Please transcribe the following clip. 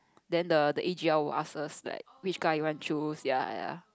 then the the a_g_l will ask us like which guy you want choose ya ya